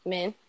Men